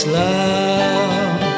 love